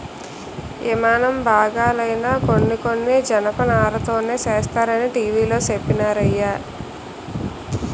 యిమానం బాగాలైనా కొన్ని కొన్ని జనపనారతోనే సేస్తరనీ టీ.వి లో చెప్పినారయ్య